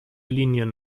linien